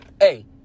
Hey